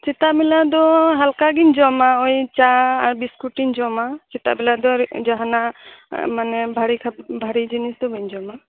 ᱥᱮᱛᱟᱜ ᱵᱮᱞᱟ ᱫᱚ ᱦᱟᱞᱠᱟ ᱜᱤᱧ ᱡᱚᱢᱟ ᱳᱭ ᱪᱟ ᱟᱨ ᱵᱤᱥᱠᱩᱴᱤᱧ ᱡᱚᱢᱟ ᱥᱮᱛᱟᱜ ᱵᱮᱞᱟ ᱫᱚ ᱡᱟᱦᱟᱸᱱᱟᱜ ᱢᱟᱱᱮ ᱵᱷᱟᱨᱤ ᱠᱷᱟᱵᱟᱨ ᱵᱷᱟᱨᱤ ᱡᱤᱱᱤᱥ ᱫᱚ ᱵᱟᱹᱧ ᱡᱚᱢᱟ